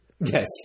Yes